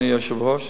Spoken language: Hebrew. אדוני היושב-ראש,